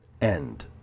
End